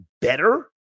better